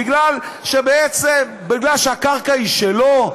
בגלל שבעצם הקרקע היא שלו?